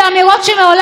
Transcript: מה לעשות?